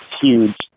huge